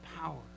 power